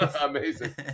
Amazing